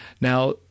Now